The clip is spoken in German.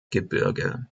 gebirge